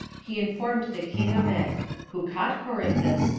he informed the king of it who caught corinthus,